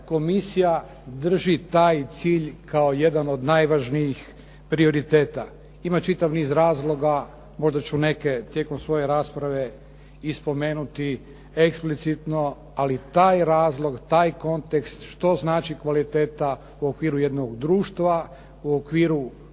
komisija drži taj cilj kao jedan od najvažnijih prioriteta. Ima čitav niz razloga, možda ću neke tijekom svoje rasprave i spomenuti eksplicitno, ali taj razlog, taj kontekst što znači kvaliteta u okviru jednog društva, u okviru